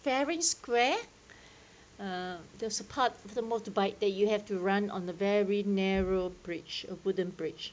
fair and square uh there's a part of the motorbike that you have to run on the very narrow bridge of wooden bridge